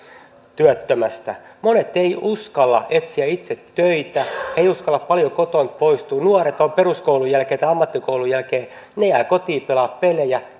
työttömästä monet eivät uskalla etsiä itse töitä eivät uskalla paljoa kotoa poistua nuoret peruskoulun jälkeen tai ammattikoulun jälkeen jäävät kotiin pelaamaan pelejä